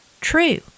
true